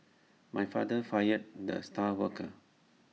my father fired the star worker